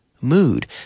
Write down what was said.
mood